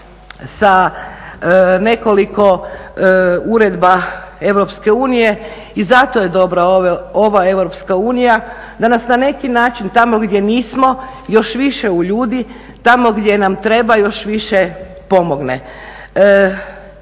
sa nekoliko uredba EU i zato je dobra ova EU, da nas na neki način tamo gdje nismo još više uljudi, tamo gdje nam treba još više pomogne.